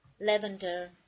lavender